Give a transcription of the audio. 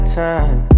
time